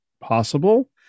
possible